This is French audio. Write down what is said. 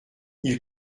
ils